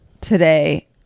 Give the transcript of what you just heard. today